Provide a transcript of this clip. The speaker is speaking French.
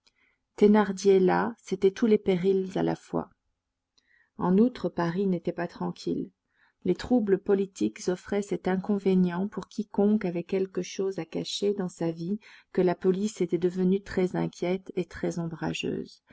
thénardier là c'étaient tous les périls à la fois en outre paris n'était pas tranquille les troubles politiques offraient cet inconvénient pour quiconque avait quelque chose à cacher dans sa vie que la police était devenue très inquiète et très ombrageuse